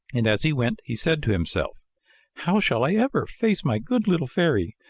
and as he went he said to himself how shall i ever face my good little fairy?